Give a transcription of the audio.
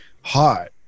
Hot